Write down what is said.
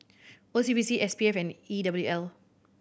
O C B C S P F and E W L